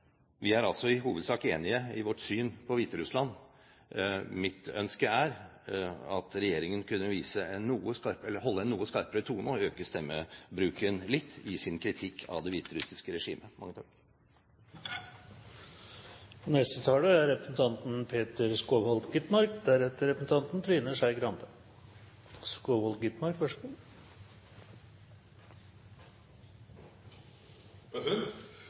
Vi er i hovedsak enige i vårt syn på Hviterussland. Mitt ønske er at regjeringen kunne holde en noe skarpere tone og øke stemmebruken litt i sin kritikk av det hviterussiske regimet. Den eneste korrekte beskrivelsen av Hviterussland er